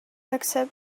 accept